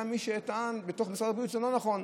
היה מי שטען בתוך משרד הבריאות: זה לא נכון,